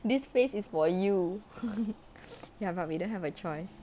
this place is for you ya but we didn't have a choice